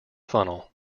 funnel